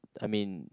I mean